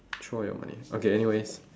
throw all your money okay anyway